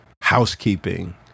housekeeping